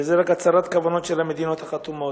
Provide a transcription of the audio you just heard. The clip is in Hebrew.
וזה רק הצהרת כוונות של המדינות החתומות.